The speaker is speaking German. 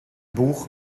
buch